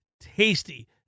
tasty